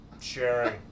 sharing